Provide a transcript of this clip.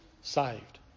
saved